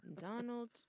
Donald